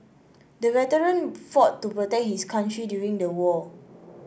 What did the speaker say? the veteran fought to protect his country during the war